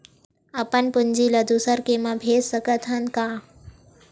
अपन पूंजी ला दुसर के मा भेज सकत हन का?